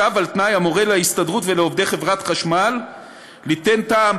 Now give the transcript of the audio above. צו על תנאי המורה להסתדרות ולעובדי חברת חשמל ליתן טעם,